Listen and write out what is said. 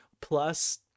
plus